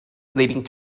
leading